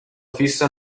fisso